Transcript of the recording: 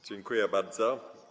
Dziękuję bardzo.